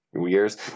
years